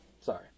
sorry